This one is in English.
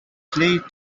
please